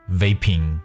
vaping